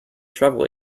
travel